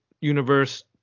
universe